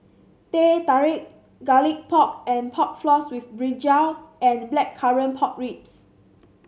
Teh Tarik Garlic Pork and Pork Floss with brinjal and Blackcurrant Pork Ribs